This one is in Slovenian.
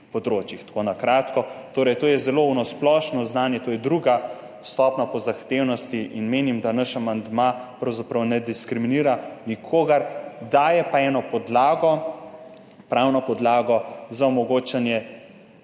Na kratko. To je torej zelo splošno znanje, to je druga stopnja po zahtevnosti. Menim, da naš amandma pravzaprav ne diskriminira nikogar, daje pa eno podlago, pravno podlago za omogočanje